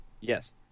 Yes